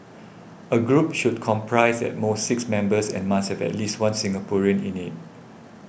a group should comprise at most six members and must have at least one Singaporean in it